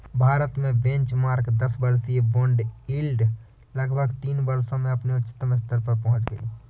भारत की बेंचमार्क दस वर्षीय बॉन्ड यील्ड लगभग तीन वर्षों में अपने उच्चतम स्तर पर पहुंच गई